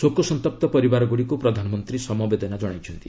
ଶୋକସନ୍ତପ୍ତ ପରିବାରଗୁଡ଼ିକୁ ପ୍ରଧାନମନ୍ତ୍ରୀ ସମବେଦନା ଜଣାଇଛନ୍ତି